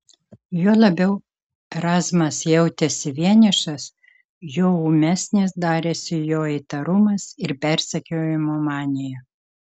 juo labiau erazmas jautėsi vienišas juo ūmesnis darėsi jo įtarumas ir persekiojimo manija